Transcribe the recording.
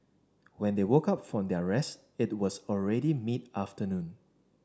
when they woke up from their rest it was already mid afternoon